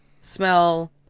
smell